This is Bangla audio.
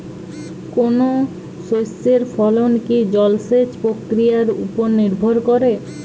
কোনো শস্যের ফলন কি জলসেচ প্রক্রিয়ার ওপর নির্ভর করে?